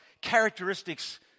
characteristics